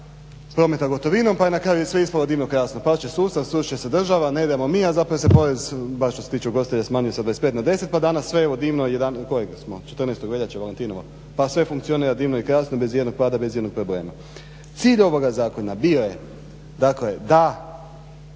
prometa gotovinom pa je na kraju sve ispalo divno, krasno. Past će sustav, srušit će se država, ne idemo mi, a zapravo se porez bar što se tiče ugostitelja smanjio sa 25 na 10 pa danas sve evo divno, kojeg smo, 14. veljače Valentinovo, pa sve funkcionira divno i krasno bez ijednog pada, bez ijednog problema. Cilj ovoga zakona bio je dakle da